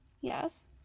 Yes